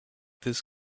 this